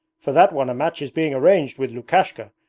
for that one a match is being arranged with lukashka,